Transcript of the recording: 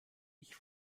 ich